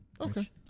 Okay